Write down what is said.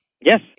Yes